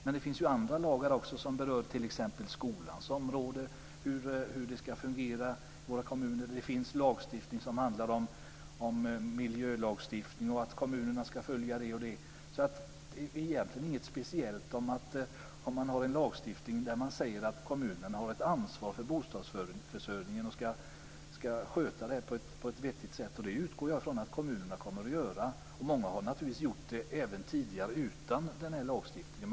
Men det finns också andra lagar, som t.ex. berör skolans område, hur det ska fungera i våra kommuner. Det finns miljölagstiftning och att kommunerna ska följa det ena och det andra. Det är egentligen inget speciellt med att ha en lagstiftning där man säger att kommunerna har ett ansvar för bostadsförsörjningen och ska sköta det på ett vettigt sätt. Det utgår jag från att kommunerna kommer att göra. Många har naturligtvis gjort det även tidigare utan den här lagstiftningen.